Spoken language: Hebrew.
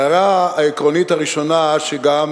ההערה העקרונית הראשונה, שגם